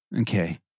okay